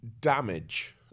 damage